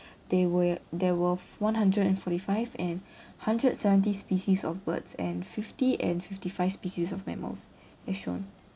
there were there were f~ one hundred and forty five and hundred seventy species of birds and fifty and fifty five species of mammals as shown